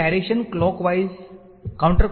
તેથી direction counterclockwise રીતે હોવી જોઈએ